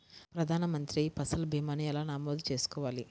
ప్రధాన మంత్రి పసల్ భీమాను ఎలా నమోదు చేసుకోవాలి?